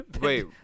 Wait